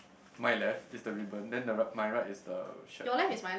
my left is the ribbon then the ri~ my right is the shirt